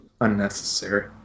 unnecessary